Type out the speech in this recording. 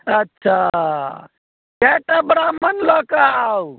अच्छा कएटा ब्राम्हण लऽ कऽ आउ